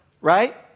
Right